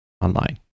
online